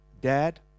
Dad